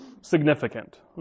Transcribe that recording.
significant